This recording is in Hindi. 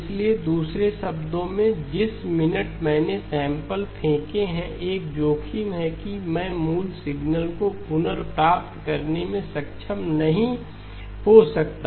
इसलिए दूसरे शब्दों में जिस मिनट मैंने सैंपल फेंके हैं एक जोखिम है कि मैं मूल सिग्नल को पुनर्प्राप्त करने में सक्षम नहीं हो सकता